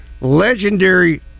legendary